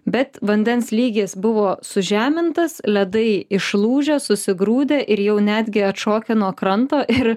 bet vandens lygis buvo sužemintas ledai išlūžę susigrūdę ir jau netgi atšokę nuo kranto ir